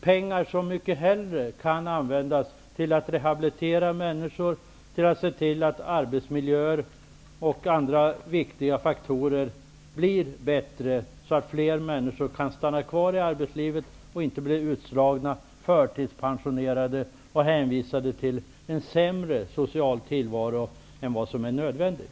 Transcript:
Dessa pengar kunde mycket hellre användas till att rehabilitera människor, till att se till att arbetsmiljöer och andra viktiga faktorer blir bättre, så att fler människor kan stanna kvar i arbetslivet och inte bli utslagna, förtidspensionerade och hänvisade till en sämre social tillvaro än vad som är nödvändigt.